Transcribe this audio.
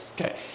Okay